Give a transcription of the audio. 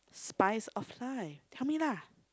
spice of life tell me lah